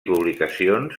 publicacions